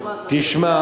תשמע,